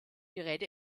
gerät